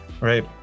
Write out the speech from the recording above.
Right